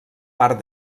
part